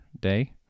day